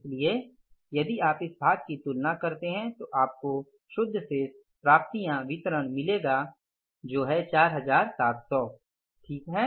इसलिए यदि आप इस भाग की तुलना करते हैं तो आपको शुद्ध शेष प्राप्तियासंवितरण मिलेगा जो 4700 है ठीक है